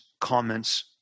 comments